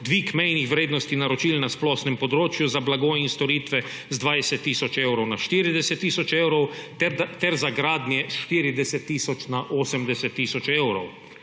dvig mejnih vrednosti naročil na splošnem področju za blago in storitve z 20 tisoč evrov na 40 tisoč evrov ter za gradnje s 40 tisoč na 80 tisoč evrov;